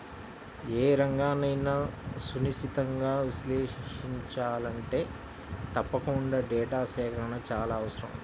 ఏ రంగన్నైనా సునిశితంగా విశ్లేషించాలంటే తప్పకుండా డేటా సేకరణ చాలా అవసరం